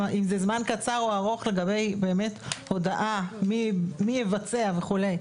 אם זה זמן קצר או ארוך לגבי הודעה מי מבצע וכולי.